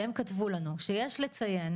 שהם כתבו לנו שיש לציין